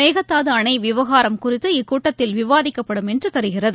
மேகதாது அணை விவகாரம் குறித்து இக்கூட்டத்தில் விவாதிப்படும் என்று தெரிகிறது